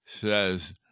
Says